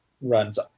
runs